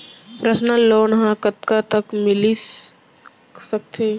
Personal loan ह कतका तक मिलिस सकथे?